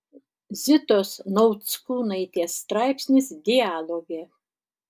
zitos nauckūnaitės straipsnis dialoge